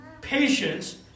patience